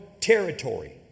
territory